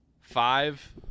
five